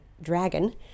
dragon